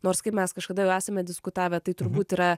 nors kaip mes kažkada jau esame diskutavę tai turbūt yra